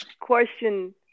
question